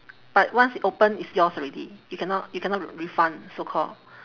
but once it open it's yours already you cannot you cannot re~ refund so called